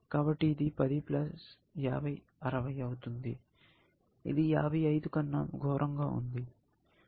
కాబట్టి ఇది 50 10 60 అవుతుంది ఇది 55 కన్నా ఘోరంగా ఉంది